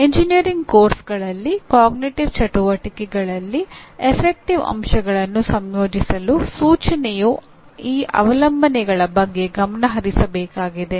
engineering ಪಠ್ಯಕ್ರಮಗಳಲ್ಲಿ ಅರಿವಿನ ಚಟುವಟಿಕೆಗಳಲ್ಲಿ ಗಣನ ಅಂಶಗಳನ್ನು ಸಂಯೋಜಿಸಲು ಸೂಚನೆಯು ಈ ಅವಲಂಬನೆಗಳ ಬಗ್ಗೆ ಗಮನ ಹರಿಸಬೇಕಾಗಿದೆ